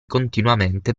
continuamente